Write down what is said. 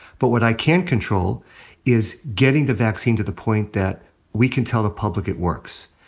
but what i can control is getting the vaccine to the point that we can tell the public it works.